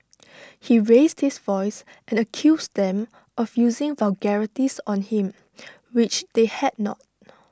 he raised his voice and accused them of using vulgarities on him which they had not